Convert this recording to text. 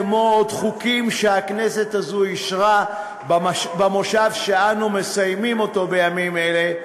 כמו עוד חוקים שהכנסת הזו אישרה במושב שאנו מסיימים בימים אלה,